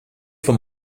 from